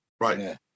right